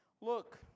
Look